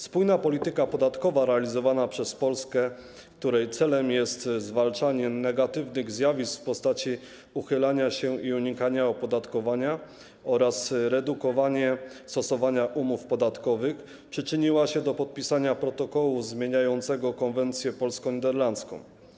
Spójna polityka podatkowa realizowana przez Polskę, której celem jest zwalczanie negatywnych zjawisk w postaci uchylania się od opodatkowania i unikania opodatkowania oraz redukowanie stosowania umów podatkowych, przyczyniła się do podpisania protokołu zmieniającego konwencję polsko-niderlandzką.